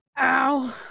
Ow